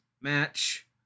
match